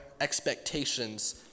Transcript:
expectations